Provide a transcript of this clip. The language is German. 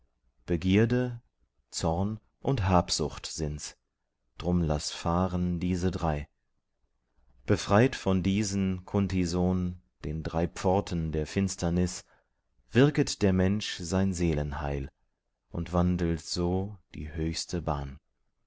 begierde zorn und habsucht sind's darum laß fahren diese drei befreit von diesen kunt sohn den drei pforten der finsternis wirket der mensch sein seelenheil und wandelt so die höchste bahn